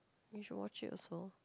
you should watch it also